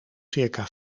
circa